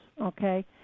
Okay